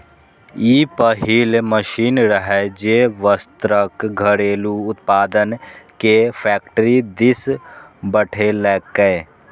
ई पहिल मशीन रहै, जे वस्त्रक घरेलू उत्पादन कें फैक्टरी दिस बढ़ेलकै